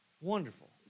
Wonderful